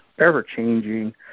ever-changing